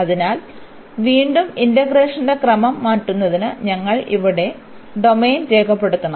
അതിനാൽ വീണ്ടും ഇന്റഗ്രേഷന്റെ ക്രമം മാറ്റുന്നതിന് ഞങ്ങൾ ഇവിടെ ഡൊമെയ്ൻ രേഖപ്പെടുത്തണം